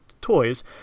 toys